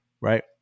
right